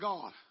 God